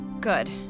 Good